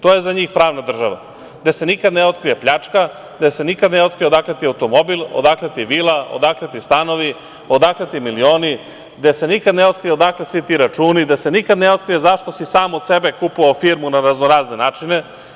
To je za njih pravna država, gde se nikada ne otkrije pljačka, gde se nikada ne otkrije odakle ti automobil, odakle ti vila, odakle ti stanovi, odakle ti milioni, gde se nikad ne otkrije odakle ti svi ti računi, gde se nikad ne otkrije zašto si sam od sebe kupovao firmu na raznorazne načine.